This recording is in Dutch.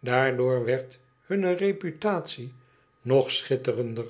daardoor werd hunne reputatie nog schitterender